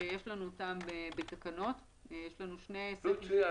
שיש לנו אותם בתקנות --- לו יצויר,